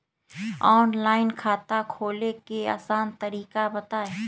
Online खाता खोले के आसान तरीका बताए?